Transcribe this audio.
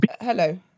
Hello